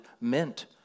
meant